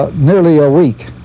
ah nearly a week